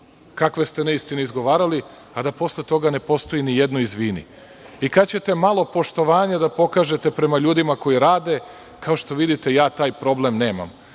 kakve ste neistine izgovarali a da posle toga ne postoji ni jedno –izvini? Kada ćete malo poštovanja da pokažete prema ljudima koji rade? Kao što vidite ja taj problem nemam